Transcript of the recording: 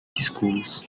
schools